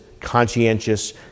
conscientious